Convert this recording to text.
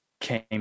came